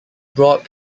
broad